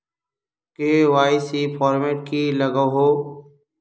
KYC format की लागोहो?